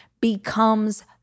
becomes